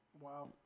Wow